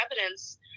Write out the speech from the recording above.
evidence